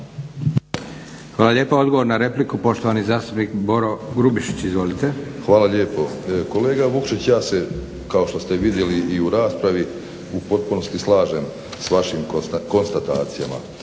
Hvala lijepa. Odgovor na repliku, poštovani zastupnik Boro Grubišić. Izvolite. **Grubišić, Boro (HDSSB)** Hvala lijepo. Kolega Vukšić ja se kao što ste vidjeli i u raspravi u potpunosti slažem s vašim konstatacijama,